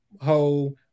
whole